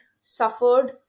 suffered